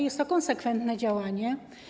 Jest to konsekwentne działanie.